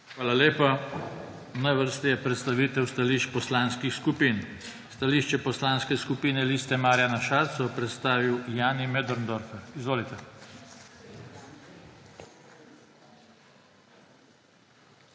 Hvala lepa. Na vrsti je predstavitev stališč poslanskih skupin. Stališče Poslanske skupine Liste Marjana Šarca bo predstavil Jani Möderndorfer. Izvolite.